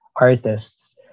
artists